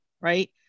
right